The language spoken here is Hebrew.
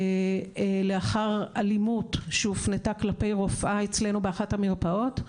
לאחר אלימות שהופנתה כלפי רופאה אצלנו באחת המרפאות.